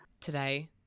Today